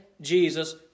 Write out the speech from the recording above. Jesus